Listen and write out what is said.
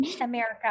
America